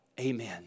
amen